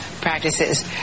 practices